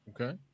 Okay